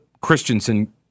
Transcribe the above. Christensen